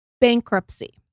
Bankruptcy